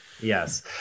Yes